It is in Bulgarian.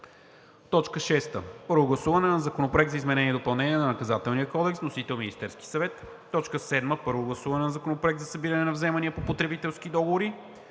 6. Първо гласуване на Законопроекта за изменение и допълнение на Наказателния кодекс. Вносител – Министерският съвет. 7. Първо гласуване на Законопроекта за събиране на вземания по потребителски договори.